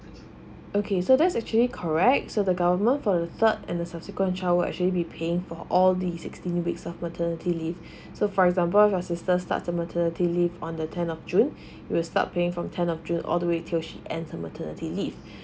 okay so that's actually correct so the government for the third and the subsequent child will actually be paying for all the sixteen weeks of maternity leave so for example your sister start the maternity leave on the tenth of june it will start paying from tenth of june all the way till she end her maternity leave